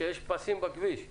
שיש פסים בכביש?